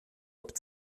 upp